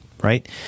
right